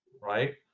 right